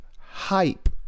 hype